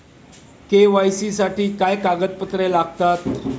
KYC साठी काय कागदपत्रे लागतात?